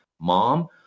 mom